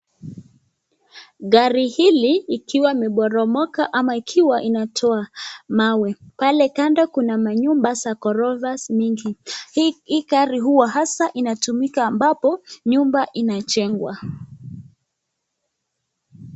Gari hili ikiwa imeporomoka ama ikiwa inatoa mawe. Pale kando kuna manyumba za ghorofa mingi. Hii gari huwa hasa inatumika ambapo nyumba inajengwa.